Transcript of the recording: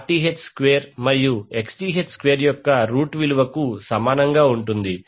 RL Rth square మరియు Xth square యొక్క root విలువకు సమానంగా ఉంటుంది